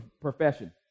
profession